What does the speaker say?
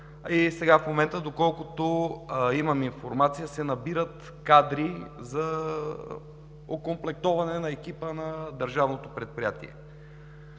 и сега в момента, доколкото имам информация, се набират кадри за окомплектоване на екипа на Държавното предприятие.